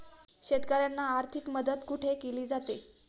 शेतकऱ्यांना आर्थिक मदत कुठे केली जाते?